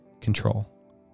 control